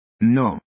No